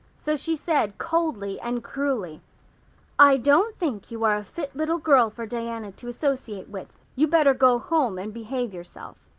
so she said, coldly and cruelly i don't think you are a fit little girl for diana to associate with. you'd better go home and behave yourself.